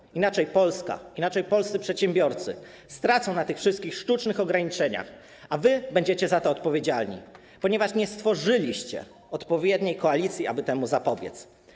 W przeciwnym razie Polska, polscy przedsiębiorcy stracą na tych wszystkich sztucznych ograniczeniach, a wy będziecie za to odpowiedzialni, ponieważ nie stworzyliście odpowiedniej koalicji, aby temu zapobiec.